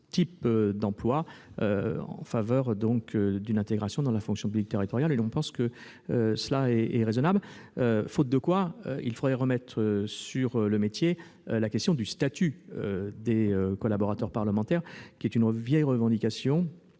type d'emploi, en faveur d'une intégration dans la fonction publique territoriale. Cela nous semble raisonnable. À défaut, il faudrait remettre sur le métier la question du statut des collaborateurs parlementaires, une revendication